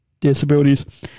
Disabilities